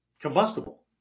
combustible